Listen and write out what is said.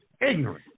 ignorant